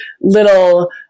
little